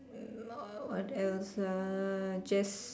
err ah what else uh just